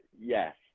Yes